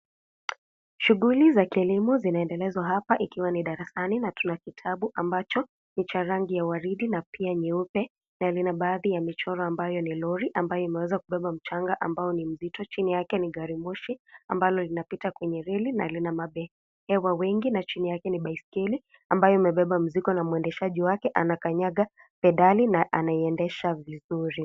Shughuli za kilimo zinaendelezwa hapa ikiwa ni darasani na tuna kitabu ambacho ni cha rangi ya waridi na pia nyeupe, na lina baadhi ya michoro ambayo ni lori ambayo imeweza kubeba mchanga ambao ni mzito. Chini yake ni garimoshi, ambalo linapita kwenye reli na lina mabehewa wengi na chini yake ni baiskeli, ambayo imebeba mzigo na mwendeshaji wake anakanyaga pedali na anaiendesha vizuri.